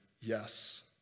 Yes